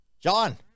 John